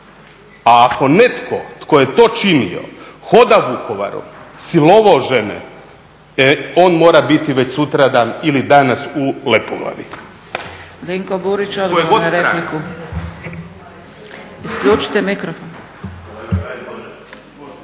A ako netko tko je to činio hoda Vukovarom, silovao žene, on mora biti već sutradan ili danas u Lepoglavi.